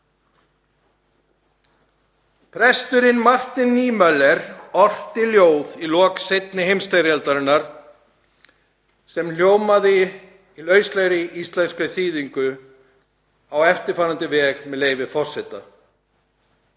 Presturinn Martin Niemöller orti ljóð í lok seinni heimsstyrjaldarinnar sem hljómaði í lauslegri íslenskri þýðingu á eftirfarandi veg, með leyfi forseta: